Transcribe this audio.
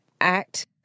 act